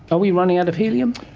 but we running out of helium?